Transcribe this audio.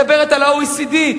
מדברת על ה-OECD,